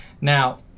Now